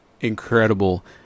incredible